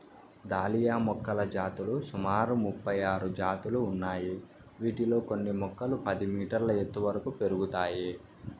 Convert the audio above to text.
dahlia మొక్కల జాతులు సుమారు ముపై ఆరు జాతులు ఉన్నాయి, వీటిలో కొన్ని మొక్కలు పది మీటర్ల ఎత్తు వరకు పెరుగుతాయి